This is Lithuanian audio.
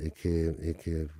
iki iki